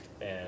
and-